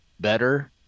better